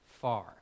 far